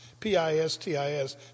P-I-S-T-I-S